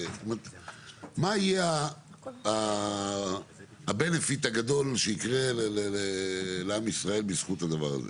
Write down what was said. מה יהיה ה-benefit הגדול שיקרה לעם ישראל בזכות הדבר הזה?